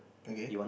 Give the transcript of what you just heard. okay